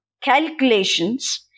calculations